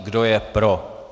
Kdo je pro?